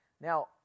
now